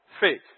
Faith